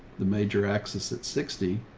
the major axis at sixty.